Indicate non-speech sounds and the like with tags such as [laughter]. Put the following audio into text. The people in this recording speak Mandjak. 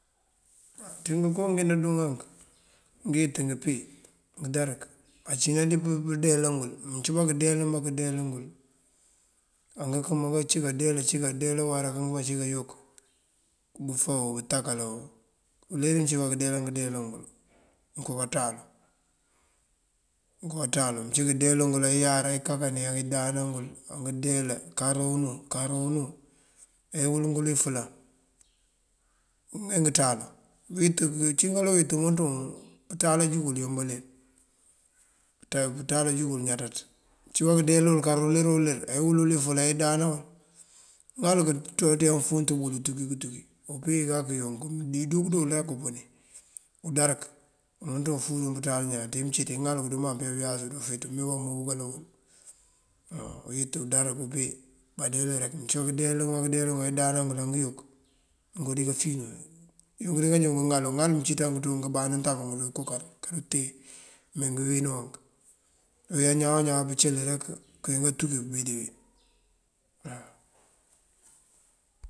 Á ţí ngënko ngí ndandúu ngank, ngëyët, ngëmpí, ngëdarëk ancína dí bandeelan ngël. Mëncíba këndeela ambá këndeela ngël, angankëma ngancí ací kandeela uwará angancí kayok bëfáwo, bëtakálo. Uler uwí cíbá kandeela këndeelan ngël ngonko kanţáalu. Ngonko kanţáalu uncí këndeelan ngul, angëyariyin kaka ngí angëndáana ngël, angëndeela karo unú karo unú ewël ngël ifëla këmee ngënţáalu. Ngëyët, uncí kaloŋ ngëyët ngëmënţú ngun pënţáal ajúg ngël ayombalir, pënţáal anjúg ngël ñáaţaţ. Uncíbá këndeela wul karo uler oler ewël wël ifëla edáanan wël ŋal kënţúwáananţun efúuntëmbí untúki këntúki. Opí kak yunk dí dúunk këndúu wël rek upëni. Undarëk umënţun fúurëwun pënţáal iñaan ţí mëëncí ţí ŋal ndumaŋ keyá bayas dí ufeenţu [unintelligible] baloŋ. Uyët, undarëk, umpí panţëliriţ mëncíbá këndeelan këndeelan ngël akëndáana ngël angëyok ngonko díka finú, yunk dí anganjoon ngëŋalu. Ŋal mëncínţank tum amëmbandí bëntakala ngënkúkar, kuduteen ne ngí wínank, aruna kejá këjan këncëli rek këwín ngáantúki nubí dí wí